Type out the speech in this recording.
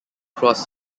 cross